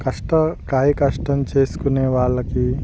కష్ట కాయ కష్టం చేసుకునే వాళ్ళకి